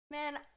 Man